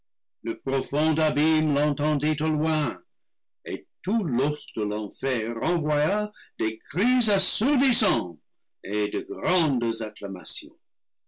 le profond abîme l'entendit au loin et tout l'ost de l'enfer renvoya des cris assourdissants et de grandes acclamations